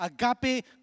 Agape